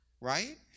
right